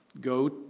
Go